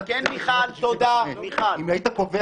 אם היית קובע